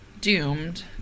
doomed